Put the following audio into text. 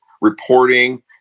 reporting